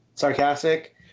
sarcastic